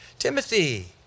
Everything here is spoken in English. Timothy